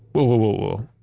whoa whoa whoa whoa,